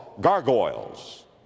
gargoyles